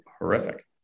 horrific